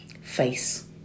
face